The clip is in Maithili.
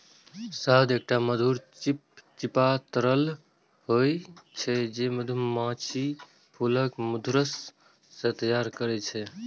शहद एकटा मधुर, चिपचिपा तरल होइ छै, जे मधुमाछी फूलक मधुरस सं तैयार करै छै